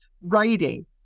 writing